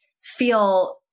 feel